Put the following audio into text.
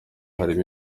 harimo